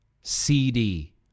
CD